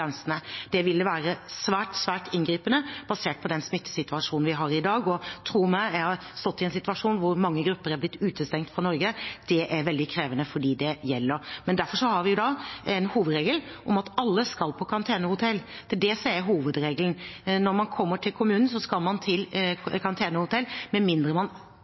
grensene. Det ville være svært, svært inngripende, basert på den smittesituasjonen vi har i dag. Tro meg, jeg har stått i en situasjon hvor mange grupper er blitt utestengt fra Norge. Det er veldig krevende for dem det gjelder. Derfor har vi i dag en hovedregel om at alle skal på karantenehotell. Det er det som er hovedregelen. Når man kommer til kommunen, skal man til karantenehotell, med mindre man